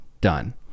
done